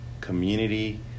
community